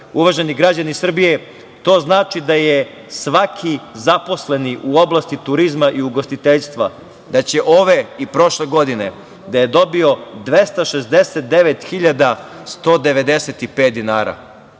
Uvaženi građani Srbije, to znači da je svaki zaposleni u oblasti turizma i ugostiteljstva ove i prošle godine dobio 269.195 dinara.